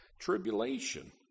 tribulation